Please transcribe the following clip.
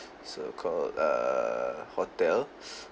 so called err hotel